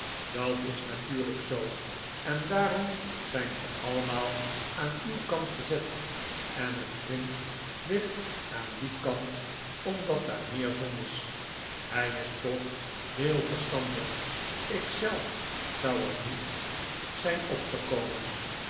dat is natuurlijk zoo en daarom zijn ze allemaal aan uw kant gezet en het grint ligt aan dien kant omdat daar meer zon is hij is toch heel verstandig ik zelf zou er niet zijn opgekomen